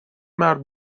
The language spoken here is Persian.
مرد